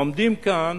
עומדים כאן